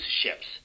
ships